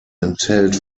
enthält